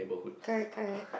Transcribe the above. correct correct